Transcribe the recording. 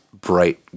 bright